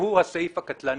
שהוא הסעיף הקטלני.